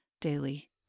daily